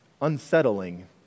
unsettling